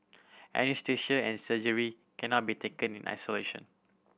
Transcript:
anaesthesia and surgery cannot be taken in isolation